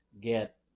get